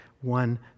one